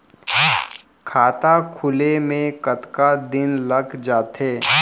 खाता खुले में कतका दिन लग जथे?